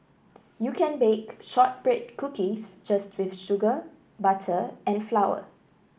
you can bake shortbread cookies just with sugar butter and flour